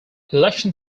election